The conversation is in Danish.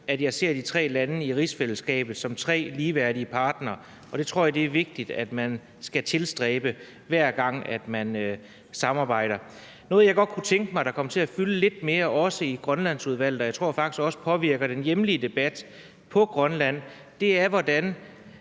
at jeg ser de tre lande i rigsfællesskabet som tre ligeværdige partnere, og det tror jeg er vigtigt at man altid tilstræber, når man samarbejder. Noget, jeg godt kunne tænke mig også kom til at fylde lidt mere i Grønlandsudvalget, og som jeg faktisk også tror påvirker den hjemlige debat i Grønland, er, hvordan